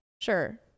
sure